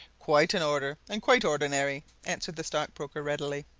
quite in order, and quite ordinary, answered the stockbroker readily.